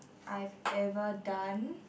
I've ever done